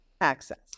access